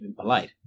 polite